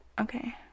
Okay